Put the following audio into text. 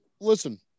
Listen